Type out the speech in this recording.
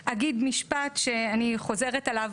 רק אגיד משפט שאני חוזרת עליו,